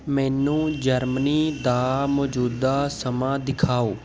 ਮੈਨੂੰ ਜਰਮਨੀ ਦਾ ਮੌਜੂਦਾ ਸਮਾਂ ਦਿਖਾਓ